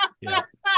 Yes